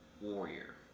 warrior